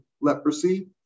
leprosy